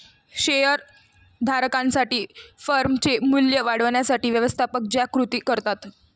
share धारकांसाठी फर्मचे मूल्य वाढवण्यासाठी व्यवस्थापक ज्या कृती करतात